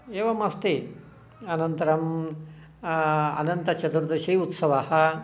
एवमस्ति अनन्तरं अनन्तचतुर्दशी उत्सवः